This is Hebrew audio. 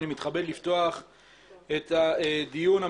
ואני מתכבד לפתוח את ישיבת ועדת הפנים והגנת הסביבה.